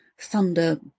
thunder